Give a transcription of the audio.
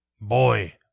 boy